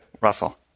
Russell